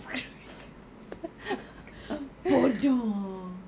bodoh